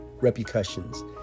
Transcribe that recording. repercussions